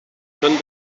són